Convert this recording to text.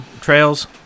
trails